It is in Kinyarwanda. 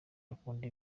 akunda